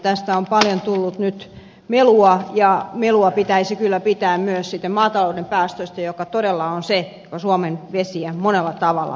tästä on paljon tullut melua ja melua pitäisi kyllä pitää myös maatalouden päästöistä mikä todella on se mikä suomen vesiä monella tavalla pilaa